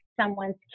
someone's